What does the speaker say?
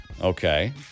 Okay